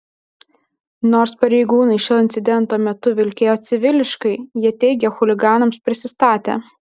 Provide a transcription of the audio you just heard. nors pareigūnai šio incidento metu vilkėjo civiliškai jie teigia chuliganams prisistatę